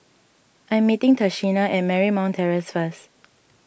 I'm meeting Tashina at Marymount Terrace first